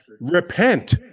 repent